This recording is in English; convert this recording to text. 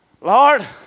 Lord